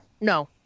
no